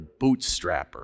bootstrapper